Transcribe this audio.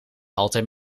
altijd